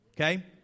Okay